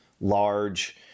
large